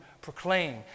proclaim